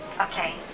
okay